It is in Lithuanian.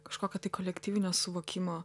kažkokio tai kolektyvinio suvokimo